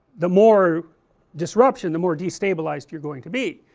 the more disruption, the more destabilized you are going to be,